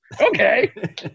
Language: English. Okay